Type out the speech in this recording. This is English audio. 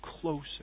closer